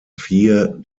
vier